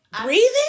Breathing